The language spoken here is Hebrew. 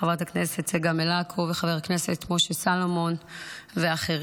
חברת הכנסת צגה מלקו וחבר הכנסת משה סולומון ואחרים,